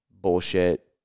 bullshit